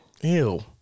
ew